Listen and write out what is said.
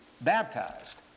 baptized